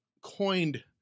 coined